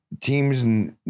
teams